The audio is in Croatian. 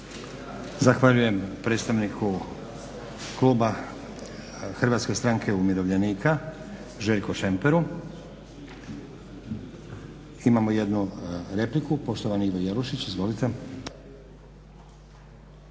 Zahvaljujem predstavniku kluba HSU-a, Željku Šemperu. Imamo jednu repliku, poštovani Ivo Jelušić. Izvolite.